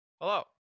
Hello